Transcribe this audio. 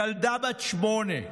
ילדה בת שמונה,